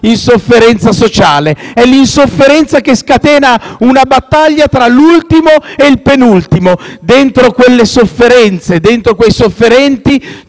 insofferenza sociale, ed è quella che scatena una battaglia tra l'ultimo e il penultimo. Dentro quelle sofferenze e dentro quei sofferenti